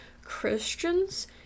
christians